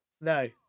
no